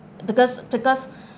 because because